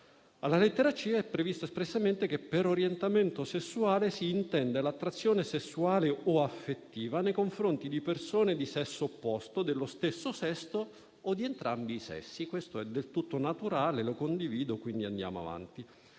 Alla lettera *c)* è previsto espressamente che «per orientamento sessuale si intende l'attrazione sessuale o affettiva nei confronti di persone di sesso opposto, dello stesso sesso, o di entrambi i sessi». Questo è del tutto naturale, lo condivido e, quindi, andiamo avanti